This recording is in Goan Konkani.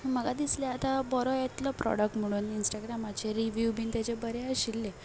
म्हाका दिसलें आतां बरो येतलो प्रोडक्ट म्हणून इंस्टाग्रामाचेर रिवीव बीन तेजे बरे आशिल्ले